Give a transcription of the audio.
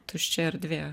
tuščia erdvė